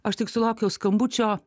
aš tik sulaukiau skambučio